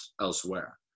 elsewhere